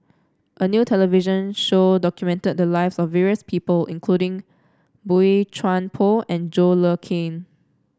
a new television show documented the lives of various people including Boey Chuan Poh and John Le Cain